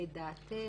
לדעתך,